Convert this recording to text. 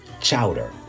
chowder